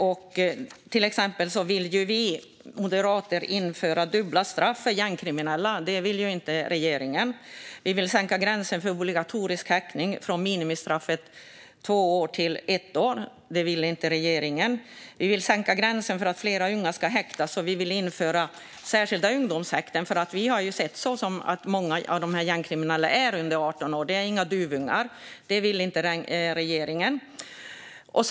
Vi moderater vill till exempel införa dubbla straff för gängkriminella. Det vill inte regeringen göra. Vi vill sänka gränsen för obligatorisk häktning från minimistraffet två år till ett år. Det vill inte regeringen göra. Vi vill sänka gränsen för att fler unga ska häktas, och vi vill införa särskilda ungdomshäkten. Vi har sett att många av de gängkriminella är under 18 år. De är inga duvungar. Det vill inte regeringen göra.